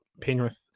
Penrith